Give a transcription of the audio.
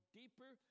deeper